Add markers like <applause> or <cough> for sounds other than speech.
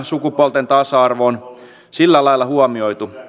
<unintelligible> sukupuolten tasa arvo on sillä lailla huomioitu